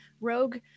rogue